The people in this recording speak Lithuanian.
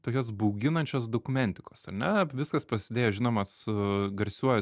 tokios bauginančios dokumentikos ar ne viskas prasidėjo žinoma su garsiuoju